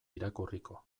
irakurriko